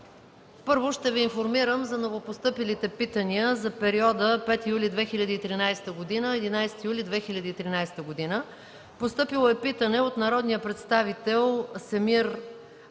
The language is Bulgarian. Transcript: Първо ще Ви информирам за новопостъпилите питания за периода от 5 юли 2013 г. до 11 юли 2013 г. Постъпили са питания от: - народния представител Семир Абу